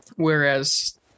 Whereas